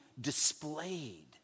displayed